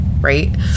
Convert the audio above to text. right